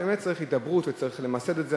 ובאמת צריך הידברות וצריך למסד את זה,